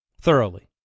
Thoroughly